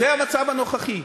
זה המצב הנוכחי,